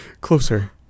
Closer